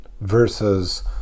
versus